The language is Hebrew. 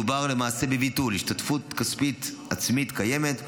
מדובר למעשה בביטול השתתפות עצמית קיימת,